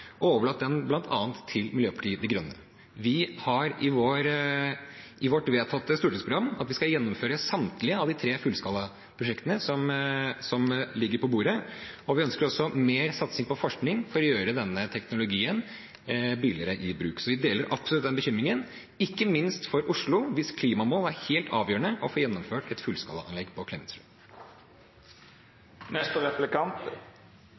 overlatt den bl.a. til Miljøpartiet De Grønne. Vi sier i vårt vedtatte stortingsprogram at vi skal gjennomføre samtlige av de tre fullskalaprosjektene som ligger på bordet, og vi ønsker også mer satsing på forskning for å gjøre denne teknologien billigere i bruk. Så vi deler absolutt den bekymringen, ikke minst for Oslo, hvis klimamål er helt avhengig av at man får gjennomført et fullskalaanlegg på